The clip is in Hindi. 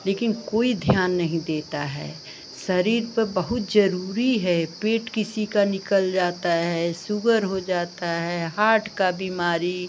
लेकिन कोई ध्यान नहीं देता है शरीर पर बहुत ज़रूरी है पेट किसी का निकल जाता है सुगर हो जाता है हार्ट की बीमारी